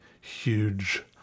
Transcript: huge